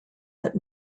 that